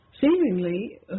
seemingly